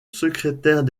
secrétaire